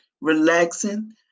relaxing